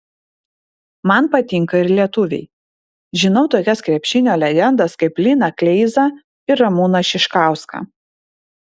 man patinka ir lietuviai žinau tokias krepšinio legendas kaip liną kleizą ir ramūną šiškauską